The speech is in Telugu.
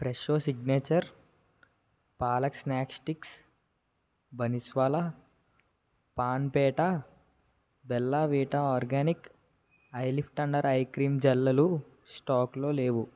Fresho signature palak snack sticks Bansiwala paan petha Bella Vita organic ilift under eye cream gel స్టాకులో లేవు